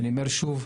אני אומר שוב,